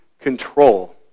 control